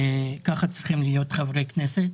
ככה צריכים להיות חברי כנסת.